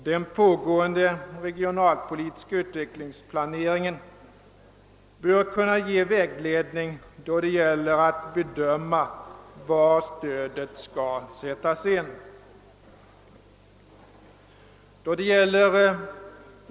Den pågående regionalpolitiska utvecklingsplaneringen bör kunna ge vägledning då det gäller att bedöma var stödet skall sättas in.